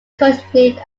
continues